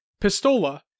Pistola